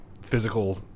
physical